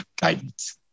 guidance